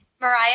Mariah